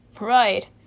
Right